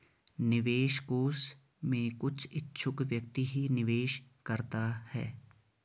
निवेश कोष में कुछ इच्छुक व्यक्ति ही निवेश करता है